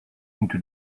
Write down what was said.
into